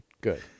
Good